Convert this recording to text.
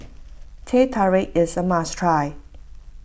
Teh Tarik is a must try